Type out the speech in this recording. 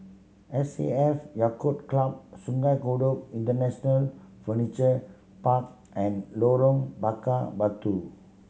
S A F Yacht Club Sungei Kadut International Furniture Park and Lorong Bakar Batu